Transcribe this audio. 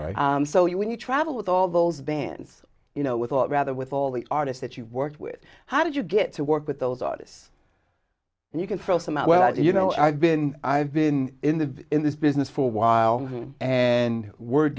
minute so you when you travel with all those bands you know with a lot rather with all the artists that you've worked with how did you get to work with those artists and you can feel somewhat you know i've been i've been in the in this business for a while and word